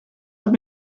have